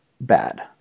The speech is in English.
bad